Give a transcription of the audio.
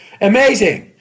Amazing